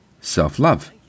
self-love